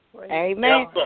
Amen